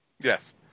Yes